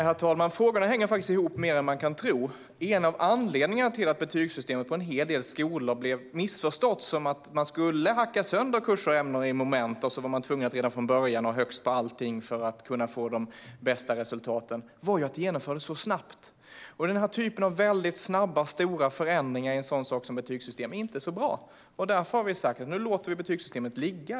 Herr talman! Frågorna hänger faktiskt ihop mer än man kan tro. En av anledningarna till att betygssystemet på en hel del skolor blev missförstått - som att man skulle hacka sönder kurser och ämnen i moment så att man redan från början var tvungen att ha högst på allting för att kunna få de bästa resultaten - var ju att det genomfördes så snabbt. Den typen av väldigt snabba, stora förändringar i en sådan sak som betygssystemet är inte bra, och därför har vi sagt att vi nu låter betygssystemet ligga.